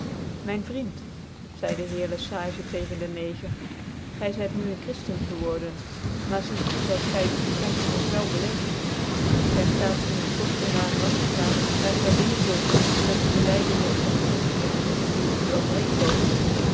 myn vriend reide he heer le sage tegens de neger gy zyt nu een christen geworden maar ziet toe dat gy uw bekentenis wel beleeft gy ftaat in het korte na een land te gaan daar gy dingen zult zien die met dc bclydenis van dc chriftclijkc religie niet